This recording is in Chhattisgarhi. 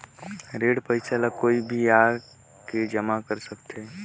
ऋण पईसा ला कोई भी आके जमा कर सकथे?